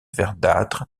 verdâtre